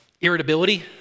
irritability